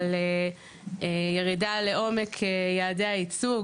על ירידה לעומק יעדי הייצוג,